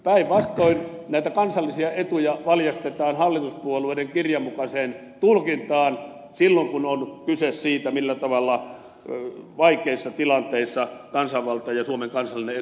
päinvastoin näitä kansallisia etuja valjastetaan hallituspuolueiden kirjan mukaiseen tulkintaan silloin kun on kyse siitä millä tavalla vaikeissa tilanteissa kansanvalta ja suomen kansallinen etu voidaan varmistaa